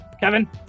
Kevin